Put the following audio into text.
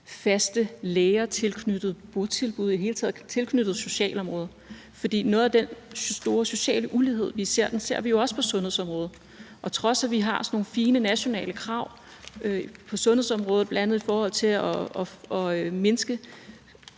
faste læger tilknyttet botilbud og i det hele taget tilknyttet socialområdet. For noget af den store sociale ulighed, vi ser, ser vi jo også på sundhedsområdet. Og på trods af at vi har sådan nogle fine nationale krav på sundhedsområdet, bl.a. i forhold til at mindske